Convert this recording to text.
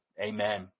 Amen